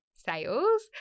sales